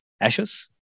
Ashes